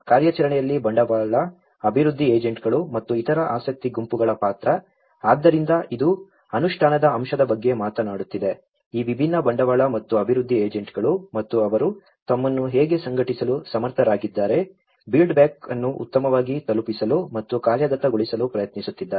ಕಾರ್ಯಾಚರಣೆಯಲ್ಲಿ ಬಂಡವಾಳ ಅಭಿವೃದ್ಧಿ ಏಜೆಂಟ್ಗಳು ಮತ್ತು ಇತರ ಆಸಕ್ತಿ ಗುಂಪುಗಳ ಪಾತ್ರ ಆದ್ದರಿಂದ ಇದು ಅನುಷ್ಠಾನದ ಅಂಶದ ಬಗ್ಗೆ ಮಾತನಾಡುತ್ತಿದೆ ಈ ವಿಭಿನ್ನ ಬಂಡವಾಳ ಮತ್ತು ಅಭಿವೃದ್ಧಿ ಏಜೆಂಟ್ಗಳು ಮತ್ತು ಅವರು ತಮ್ಮನ್ನು ಹೇಗೆ ಸಂಘಟಿಸಲು ಸಮರ್ಥರಾಗಿದ್ದಾರೆ ಬಿಲ್ಡ್ ಬ್ಯಾಕ್ ಅನ್ನು ಉತ್ತಮವಾಗಿ ತಲುಪಿಸಲು ಮತ್ತು ಕಾರ್ಯಗತಗೊಳಿಸಲು ಪ್ರಯತ್ನಿಸುತ್ತಿದ್ದಾರೆ